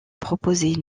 proposer